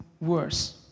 worse